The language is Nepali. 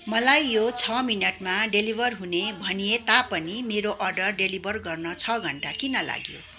मलाई यो छ मिनटमा डेलिभर हुने भनिए तापनि मेरो अर्डर डेलिभर गर्न छ घन्टा किन लाग्यो